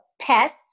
Pets